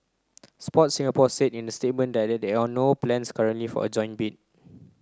Sport Singapore said in a statement that there are no plans currently for a joint bid